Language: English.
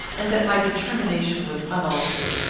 and that my determination was unaltered.